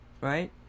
right